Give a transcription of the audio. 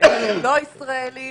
לא ישראלים